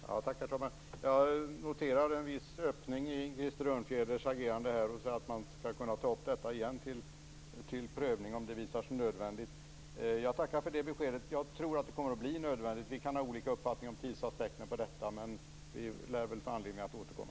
Herr talman! Jag noterar en viss öppning i Krister Örnfjäders agerande här när han säger att man skall kunna ta upp detta till prövning igen om det visar sig nödvändigt. Jag tackar för det beskedet. Jag tror att det kommer att bli nödvändigt. Vi kan ha olika uppfattning om tidsaspekten på detta, men vi lär få anledning att återkomma.